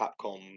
Capcom